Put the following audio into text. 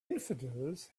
infidels